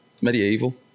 Medieval